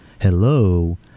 hello